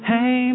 Hey